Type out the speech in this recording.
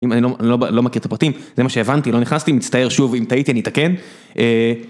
אם אני לא מכיר את הפרטים, זה מה שהבנתי, לא נכנסתי, מצטער שוב אם טעיתי אני אתקן.